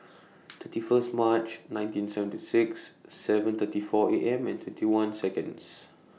thirty First March nineteen seventy six seven thirty four A M and twenty one Second